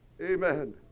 Amen